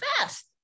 fast